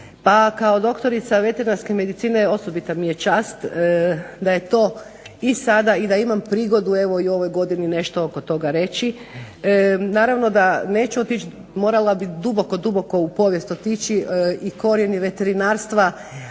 kao doktorica veterinarske medicine osobita mi je čast da je to i sada i da imam prigodu u ovoj godini nešto oko toga reći. Naravno da neću otići, morala bih duboko, duboko u povijest otići i korijeni veterinarstva,